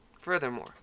Furthermore